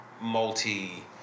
multi